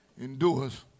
Endures